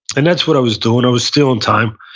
and that's what i was doing, i was stealing time,